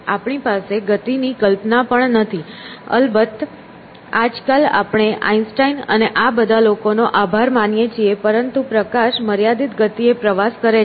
આપણી પાસે ગતિની કલ્પના પણ નથી અલબત્ત આજકાલ આપણે આઈન્સ્ટાઈન અને આ બધા લોકોનો આભાર માનીએ છે પરંતુ પ્રકાશ મર્યાદિત ગતિએ પ્રવાસ કરે છે